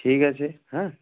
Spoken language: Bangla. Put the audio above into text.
ঠিক আছে হ্যাঁ